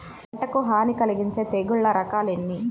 పంటకు హాని కలిగించే తెగుళ్ళ రకాలు ఎన్ని?